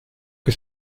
que